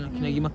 mm